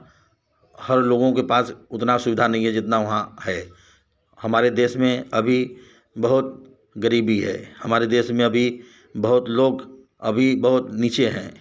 हर लोगों के पास उतना सुविधा नहीं है जितना वहाँ है हमारे देश में अभी बहुत गरीबी है हमारे देश में अभी बहुत लोग अभी बहुत नीचे हैं